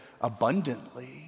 abundantly